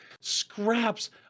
scraps